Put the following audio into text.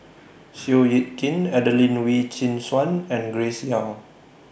Seow Yit Kin Adelene Wee Chin Suan and Grace Young